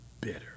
bitter